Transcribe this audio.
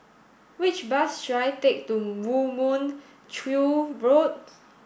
which bus should I take to Moo Mon Chew Roads